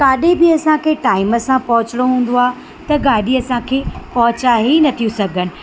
किथे बि असांखे टाइम सां पहुचणो हूंदो आहे त गाॾी असांखे पहुचाए ई नथियूं सघनि